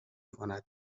کند